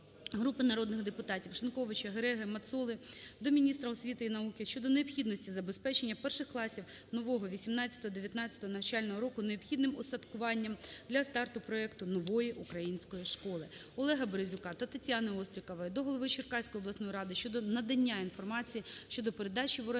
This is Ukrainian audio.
Групи народних депутатів (Шиньковича, Гереги, Мацоли) до міністра освіти і науки щодо необхідності забезпечення перших класів нового 2018-2019 навчального року необхідним устаткуванням для старту проекту "Нової української школи". ОлегаБерезюка та Тетяни Острікової до голови Черкаської обласної ради щодо надання інформації щодо передачі в оренду